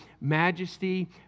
majesty